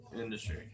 industry